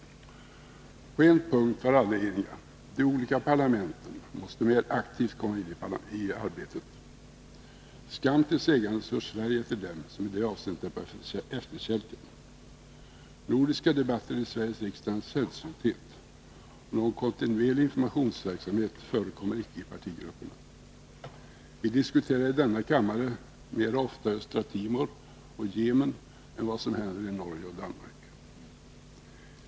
På en punkt var alla eniga. De olika parlamenten måste mer aktivt komma ini arbetet. Skam till sägandes hör Sverige till dem som i det avseendet är på efterkälken. Nordiska debatter i Sveriges riksdag är en sällsynthet, och någon kontinuerlig informationsverksamhet förekommer icke i partigrupperna. Vi diskuterar i denna kammare oftare Öst-Timor och Jemen än Norge och Danmark.